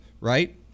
right